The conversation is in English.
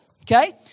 okay